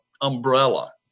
umbrella